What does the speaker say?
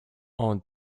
aunt